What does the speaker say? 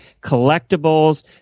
collectibles